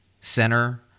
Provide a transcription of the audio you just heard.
center